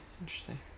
interesting